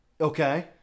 Okay